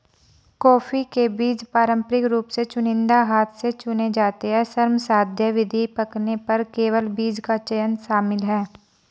coffee के बीज पारंपरिक रूप से चुनिंदा हाथ से चुने जाते हैं, श्रमसाध्य विधि, पकने पर केवल बीज का चयन शामिल है